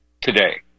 today